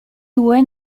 due